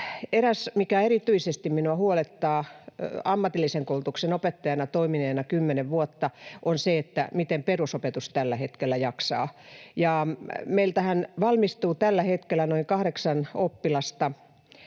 eräs, mikä erityisesti minua huolettaa ammatillisen koulutuksen opettajana kymmenen vuotta toimineena, on se, miten perusopetus tällä hetkellä jaksaa. Meiltähän valmistuu tällä hetkellä noin joka kahdeksas oppilas